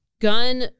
gun